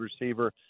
receiver